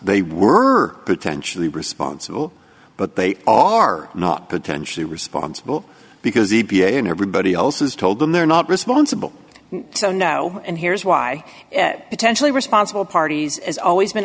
they were potentially responsible but they are not potentially responsible because e p a and everybody else has told them they're not responsible so no and here's why potentially responsible parties as always been